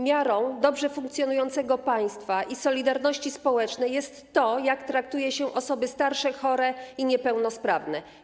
Miarą dobrze funkcjonującego państwa i solidarności społecznej jest to, jak traktuje się osoby starsze, chore i niepełnosprawne.